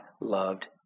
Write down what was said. loved